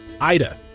Ida